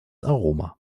aroma